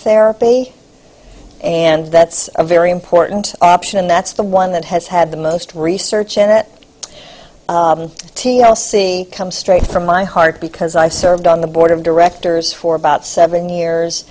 therapy and that's a very important option and that's the one that has had the most research in it t l c comes straight from my heart because i've served on the board of directors for about seven years